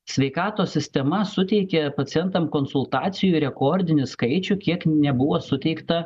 sveikatos sistema suteikė pacientam konsultacijų rekordinį skaičių kiek nebuvo suteikta